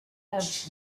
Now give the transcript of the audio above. have